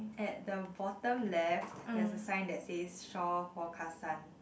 at the bottom left there's a sign that says shore for Kasan